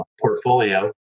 portfolio